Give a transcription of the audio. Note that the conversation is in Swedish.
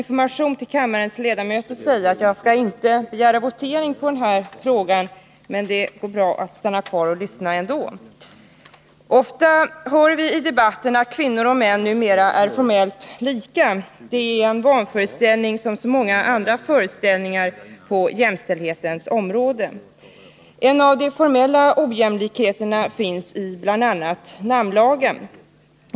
Fru talman! Ofta hör vi i debatten att kvinnor och män numera är formellt lika. Det är en vanföreställning som så många andra föreställningar på jämställdhetens område. En av de formella ojämlikheterna finns i namnlagen.